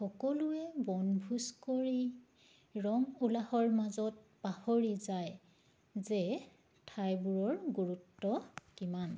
সকলোৱে বনভোজ কৰি ৰং উলাহৰ মাজত পাহৰি যায় যে ঠাইবোৰৰ গুৰুত্ব কিমান